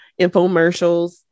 infomercials